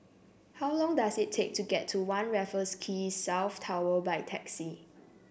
how long does it take to get to One Raffles Quay South Tower by taxi